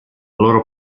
loro